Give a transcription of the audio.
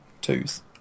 twos